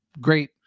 great